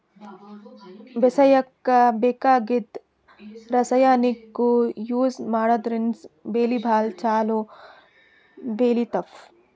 ಬೇಸಾಯಕ್ಕ ಬೇಕಾಗಿದ್ದ್ ರಾಸಾಯನಿಕ್ಗೊಳ್ ಯೂಸ್ ಮಾಡದ್ರಿನ್ದ್ ಬೆಳಿ ಭಾಳ್ ಛಲೋ ಬೆಳಿತಾವ್